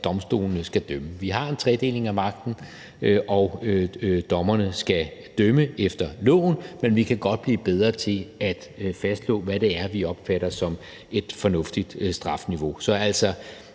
domstolene skal dømme. Vi har en tredeling af magten, og dommerne skal dømme efter loven, men vi kan godt blive bedre til at fastslå, hvad det er, vi opfatter som et fornuftigt strafniveau. Så altså,